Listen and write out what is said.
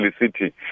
city